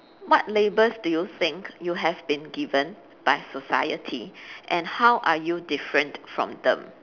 what labels do you think you have been given by society and how are you different from them